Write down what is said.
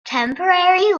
temporary